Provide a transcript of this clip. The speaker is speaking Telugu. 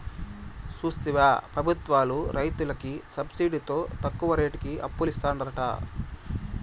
చూస్తివా పెబుత్వాలు రైతులకి సబ్సిడితో తక్కువ రేటుకి అప్పులిత్తారట